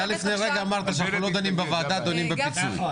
אתה לפני רגע אמרת שלא דנים בוועדה אלא דנים בפיצוי.